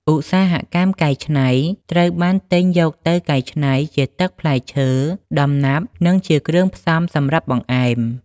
ឧស្សាហកម្មកែច្នៃ ត្រូវបានទិញយកទៅកែច្នៃជាទឹកផ្លែឈើ ដំណាប់ និងជាគ្រឿងផ្សំសម្រាប់បង្អែម។